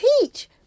teach